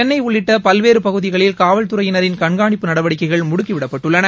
சென்னை உள்ளிட்ட பல்வேறு பகுதிகளில் காவல்துறையினரின் கண்காணிப்பு நடவடிக்கைகள் முடுக்கிவிடப்பட்டுள்ளன